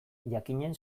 jakinen